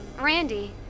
Randy